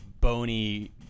bony